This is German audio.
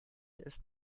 ist